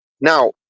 Now